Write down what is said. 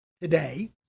today